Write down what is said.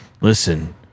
listen